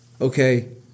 okay